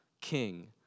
king